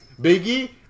Biggie